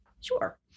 Sure